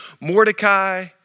Mordecai